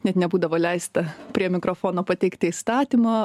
net nebūdavo leista prie mikrofono pateikti įstatymo